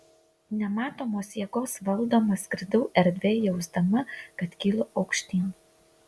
nematomos jėgos valdoma skridau erdve jausdama kad kylu aukštyn